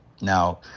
now